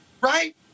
right